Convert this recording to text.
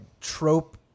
trope